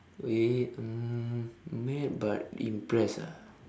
wait um mad but impressed ah